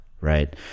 right